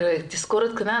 תזכורת קטנה,